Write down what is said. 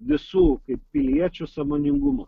visų kaip piliečių sąmoningumo